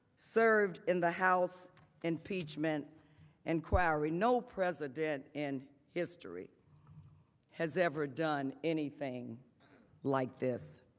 served in the house impeachment inquiry. no president in history has ever done anything like this.